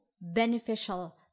beneficial